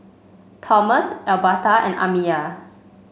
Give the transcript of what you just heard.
Tomas Elberta and Amiya